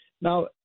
Now